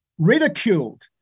ridiculed